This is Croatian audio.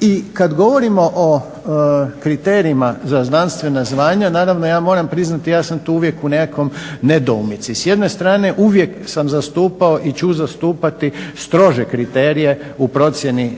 I kad govorimo o kriterijima za znanstvena zvanja naravno ja moram priznati ja sam tu uvijek u nekakvoj nedoumici. S jedne strane uvijek sam zastupao i ću zastupati strože kriterije u procjeni